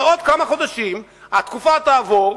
הלוא בעוד כמה חדשים התקופה תעבור,